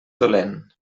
dolent